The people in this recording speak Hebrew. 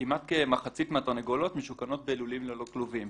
כמעט כמחצית מהתרנגולות משוכנות בלולים ללא כלובים.